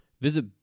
Visit